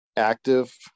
active